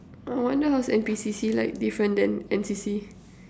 I wonder how's N_P_C_C like different than N_C_C